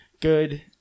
good